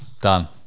Done